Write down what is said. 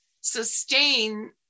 sustain